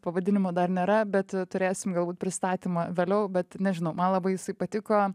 pavadinimo dar nėra bet turėsim galbūt pristatymą vėliau bet nežinau man labai jisai patiko